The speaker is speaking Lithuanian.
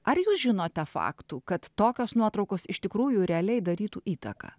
ar jūs žinote faktų kad tokios nuotraukos iš tikrųjų realiai darytų įtaką